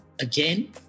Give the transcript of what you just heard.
again